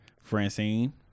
Francine